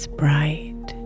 bright